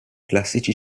classici